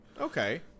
Okay